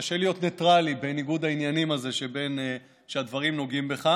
קשה להיות ניטרלי בניגוד העניינים הזה כשהדברים נוגעים בך.